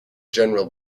general